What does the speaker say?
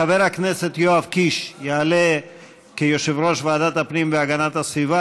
חבר הכנסת יואב קיש יעלה כיושב-ראש ועדת הפנים והגנת הסביבה